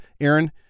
Aaron